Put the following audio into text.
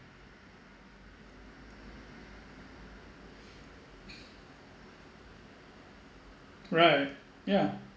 right yeah